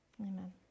Amen